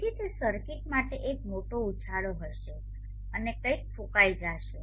તેથી તે સર્કિટ માટે એક મોટો ઉછાળો હશે અને કંઈક ફૂંકાઇ જશે